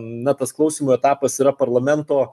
na tas klausymo etapas yra parlamento